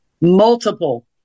multiple